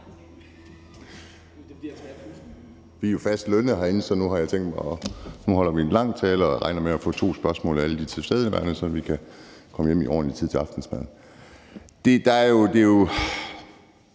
Vi er jo fast lønnede herinde, så nu har jeg tænkt mig at holde en lang tale, og jeg regner med at få to spørgsmål af alle de tilstedeværende, så vi kan komme hjem i ordentlig tid til aftensmad.